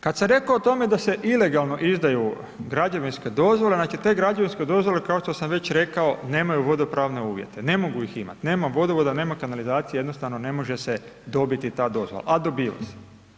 Kad sam reko o tome da se ilegalno izdaju građevinske dozvole, znači te građevinske dozvole kao što sam već reko nemaju vodopravne uvjete ne mogu ih imati, nema vodovoda, nema kanalizacije jednostavno ne može se dobiti ta dozvola, a dobiva se.